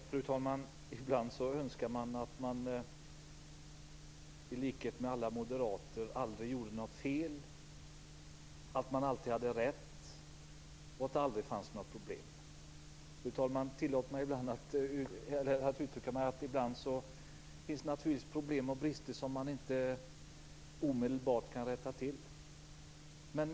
Fru talman! Ibland önskar man att man i likhet med alla moderater aldrig gjorde något fel och alltid hade rätt och att det aldrig fanns några problem. Ibland finns det naturligtvis problem och brister som man inte omedelbart kan rätta till.